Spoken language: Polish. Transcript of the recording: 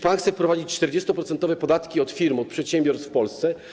Pan chce wprowadzić 40-procentowe podatki od firm, od przedsiębiorstw w Polsce.